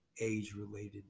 age-related